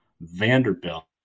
Vanderbilt